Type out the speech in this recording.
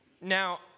Now